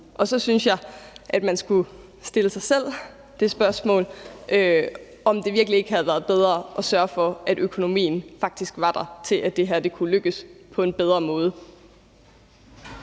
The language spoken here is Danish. Og så synes jeg, at man skulle stille sig selv det spørgsmål, om det virkelig ikke havde været bedre at sørge for, at økonomien faktisk var der, til at det her kunne lykkes på en bedre måde.